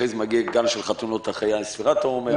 אחרי זה גל של חתונות אחרי ספירת העומר.